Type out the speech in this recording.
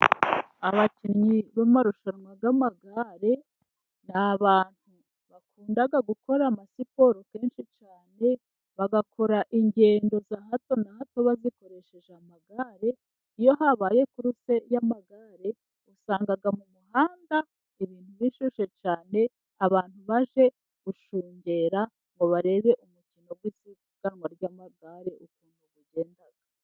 Abakinnyi b'amarushanwa y'magare ni abantu bakunda gukora amasiporo kenshi cyane bagakora ingendo za hato na hato ba zikoresheje amagare. Iiyo habaye kuruse y'amagare usanga mu muhanda ibintu bishyushye cyane, abantu baje gushungera ngo barebe umukino w'isisiganwa ry'amagare ukuntu bagenda.